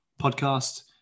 podcast